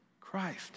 Christ